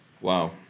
Wow